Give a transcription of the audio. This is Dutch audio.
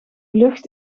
lucht